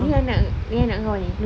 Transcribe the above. ni yang nak ni yang nak kau ni